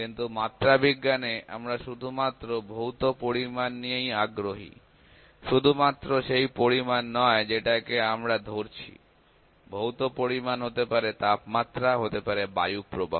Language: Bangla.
কিন্তু মাত্রা বিজ্ঞানে আমরা শুধুমাত্র ভৌত পরিমাণ নিয়েই আগ্রহী শুধুমাত্র সেই পরিমাণ নয় যেটাকে আমরা ধরছি ভৌত পরিমাণ হতে পারে তাপমাত্রা হতে পারে বায়ুপ্রবাহ